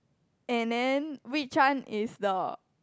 and then which one is the